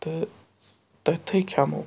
تہٕ تٔتھٕے کھٮ۪مو